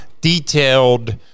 detailed